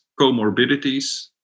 comorbidities